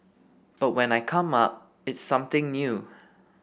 but when I come up it's something new